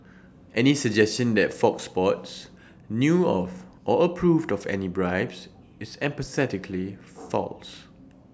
any suggestion that fox sports knew of or approved of any bribes is emphatically false